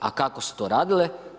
A kako su to radile?